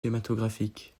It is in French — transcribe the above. cinématographiques